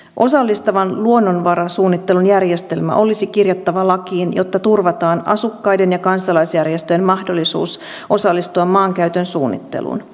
osallistavan luonnonvarasuunnittelun järjestelmä olisi kirjattava lakiin jotta turvataan asukkaiden ja kansalaisjärjestöjen mahdollisuus osallistua maankäytön suunnitteluun